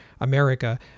America